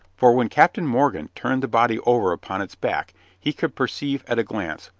for when captain morgan turned the body over upon its back he could perceive at a glance,